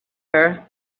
her